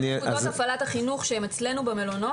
נקודות הפעלת החינוך שאצלנו הן במלונות,